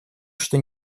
что